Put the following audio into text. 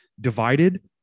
divided